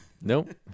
Nope